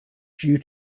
due